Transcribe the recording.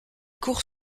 cours